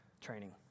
training